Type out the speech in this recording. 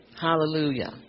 Hallelujah